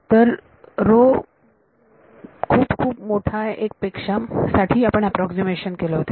तर साठी आपण अॅप्रॉक्सीमेशन केले होते